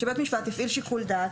שבית משפט יפעיל שיקול דעת,